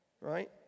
right